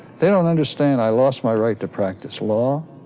they don't understand i lost my right to practice law,